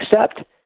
accept